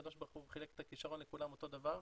הקב"ה חילק את הכישרון לכולם אותו דבר,